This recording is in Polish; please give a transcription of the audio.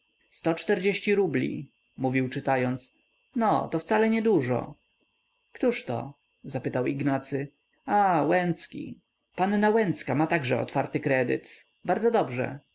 sto czterdzieści rubli mówił czytając no to wcale niedużo któżto zapytał ignacy a łęcki panna łęcka ma także otwarty kredyt bardzo dobrze